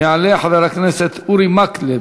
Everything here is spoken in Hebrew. יעלה חבר הכנסת אורי מקלב,